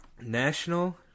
National